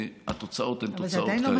והתוצאות הן תוצאות כאלה.